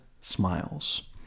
smiles